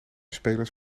spelers